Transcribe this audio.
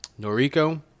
noriko